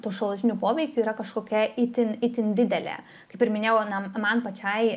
tų šalutinių poveikių yra kažkokia itin itin didelė kaip ir minėjau na man pačiai